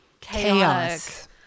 chaos